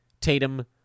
Tatum